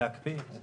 עם בקשה להקפיא את